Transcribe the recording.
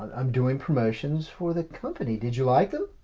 i'm doing promotions for the company, did you like them?